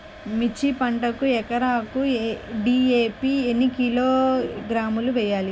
మిర్చి పంటకు ఎకరాకు డీ.ఏ.పీ ఎన్ని కిలోగ్రాములు వేయాలి?